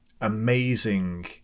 amazing